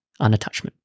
unattachment